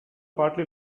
partly